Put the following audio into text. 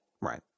Right